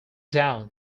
down